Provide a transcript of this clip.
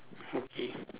okay